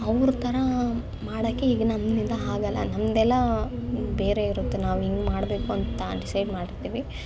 ಅವ್ರ ಥರ ಮಾಡೋ ಈಗ ನಮ್ಮಿಂದ ಹಾಗಲ್ಲ ನಮ್ಮದೆಲ್ಲ ಬೇರೆ ಇರುತ್ತೆ ನಾವು ಹಿಂಗೆ ಮಾಡಬೇಕು ಅಂತ ಡಿಸೈಡ್ ಮಾಡಿರ್ತೀವಿ